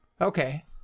Okay